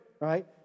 right